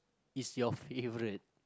is your favorite